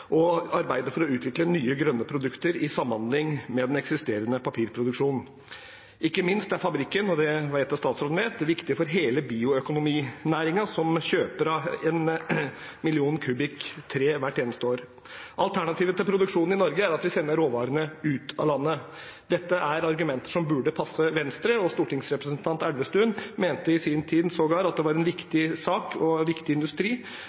og arbeider for å utvikle nye, grønne produkter i samhandling med den eksisterende papirproduksjonen. Ikke minst er fabrikken, og det vet jeg statsråden vet, viktig for hele bioøkonominæringen, som kjøper av én million kubikk tre hvert år. Alternativet til produksjonen i Norge er at vi sender råvarene ut av landet. Dette er argumenter som burde passe Venstre, og daværende stortingsrepresentant Elvestuen mente i sin tid sågar at det var en viktig sak og en viktig industri.